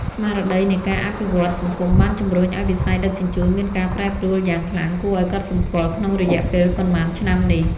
ស្មារតីនៃការអភិវឌ្ឍន៍សង្គមបានជំរុញឱ្យវិស័យដឹកជញ្ជូនមានការប្រែប្រួលយ៉ាងខ្លាំងគួរឱ្យកត់សម្គាល់ក្នុងរយៈពេលប៉ុន្មានឆ្នាំនេះ។